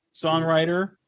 songwriter